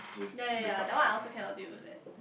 ya ya ya that one I also cannot deal with it